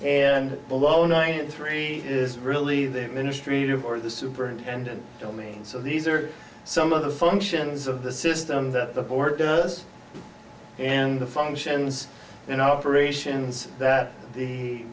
and below ninety three is really the ministry of or the superintendent domain so these are some of the functions of the system that the board does and the functions and operations that the